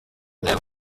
there